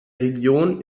region